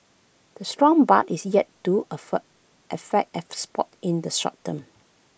A strong baht is yet to affect affect exports in the short term